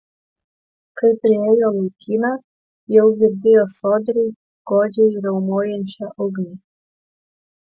kai priėjo laukymę jau girdėjo sodriai godžiai riaumojančią ugnį